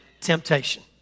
temptation